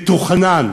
מתוכנן,